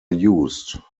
used